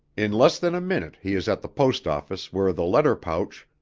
in less than a minute he is at the post office where the letter pouch,